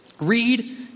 Read